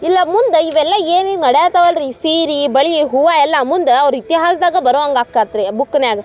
ಇಲ್ಲ ಮುಂದೆ ಇವೆಲ್ಲ ಏನೇನು ಮಾಡ್ಯಾತವಲ್ಲ ರೀ ಈ ಸೀರೆ ಬಳೆ ಹೂವು ಎಲ್ಲ ಮುಂದೆ ಅವ್ರು ಇತಿಹಾಸ್ದಾಗೆ ಬರೋ ಹಂಗ್ ಆಕ್ತತ್ ರೀ ಬುಕ್ಕುನಾಗ್